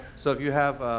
so if you have,